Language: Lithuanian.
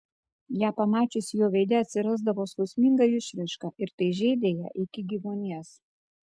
ją pamačius jo veide atsirasdavo skausminga išraiška ir tai žeidė ją iki gyvuonies